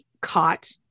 caught